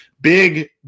big